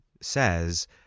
says